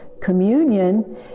Communion